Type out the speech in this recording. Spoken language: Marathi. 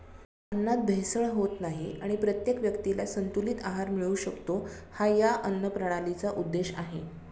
अन्नात भेसळ होत नाही आणि प्रत्येक व्यक्तीला संतुलित आहार मिळू शकतो, हा या अन्नप्रणालीचा उद्देश आहे